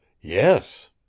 Yes